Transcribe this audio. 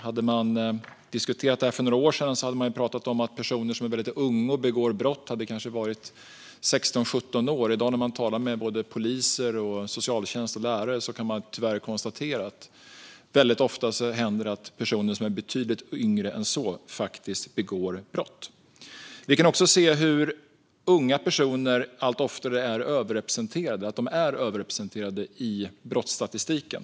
Hade man diskuterat det här för några år sedan hade de personer som man pratat om som väldigt unga och som begår brott kanske varit 16-17 år. I dag när man talar med både polis, socialtjänst och lärare kan man tyvärr konstatera att det väldigt ofta händer att personer som är betydligt yngre än så faktiskt begår brott. Vi kan också se hur unga personer allt oftare är överrepresenterade i brottsstatistiken.